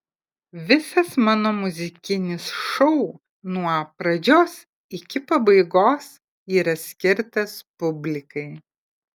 visas mano muzikinis šou nuo pradžios iki pabaigos yra skirtas publikai